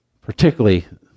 particularly